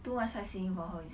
too much I saying about her is it